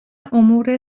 امور